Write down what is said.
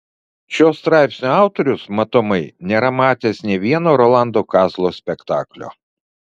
šio straipsnio autorius matomai nėra matęs nė vieno rolando kazlo spektaklio